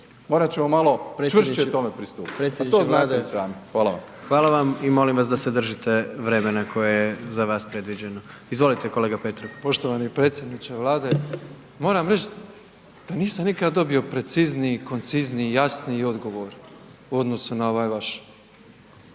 Hvala vam. **Jandroković, Gordan (HDZ)** Hvala vam i molim vas da se držite vremena koje je za vas predviđeno. Izvolite kolega Petrov. **Petrov, Božo (MOST)** Poštovani predsjedniče Vlade, moram reći da nisam nikad dobio precizniji, koncizniji, jasniji odgovor u odnosu na ovaj vaš.